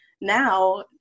now